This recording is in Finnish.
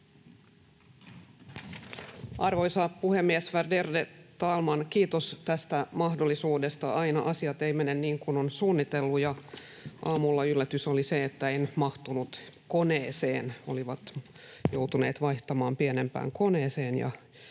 Arvoisa puhemies, värderade talman! Kiitos tästä mahdollisuudesta. Aina asiat eivät mene niin kuin on suunnitellut, ja aamulla oli yllätys se, että en mahtunut koneeseen — olivat joutuneet vaihtamaan pienempään koneeseen,